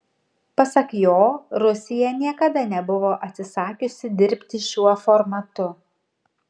pasak jo rusija niekada nebuvo atsisakiusi dirbti šiuo formatu